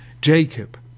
Jacob